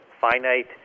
finite